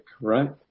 right